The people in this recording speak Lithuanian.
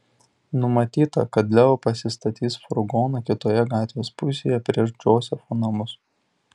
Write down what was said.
numatyta kad leo pasistatys furgoną kitoje gatvės pusėje prieš džozefo namus